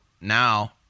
now